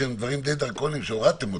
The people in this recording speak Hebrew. שהם דברים די דרקוניים שהורדתם אותם.